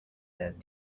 have